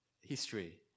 history